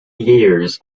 years